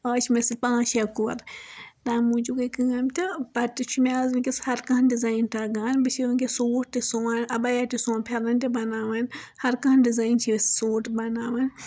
آز چھِ مےٚ سۭتۍ پانٛژھ شیٚے کورِ تَمہِ موجوب گٔے کٲم تہٕ پَتہٕ تہِ چھُ مےٚ آز وِنکیٚس ہر کانٛہہ ڈِزاین تگان بیٚیہِ چھس وِنکیٚس سوٗٹ تہِ سُوان ابیا تہِ سُوان پھیرن تہِ بناوان ہر کانٛہہ ڈِزاین چھِ أسۍ سوٗٹ بناوان